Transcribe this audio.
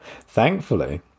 thankfully